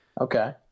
Okay